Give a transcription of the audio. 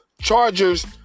Chargers